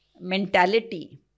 mentality